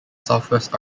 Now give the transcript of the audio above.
southwest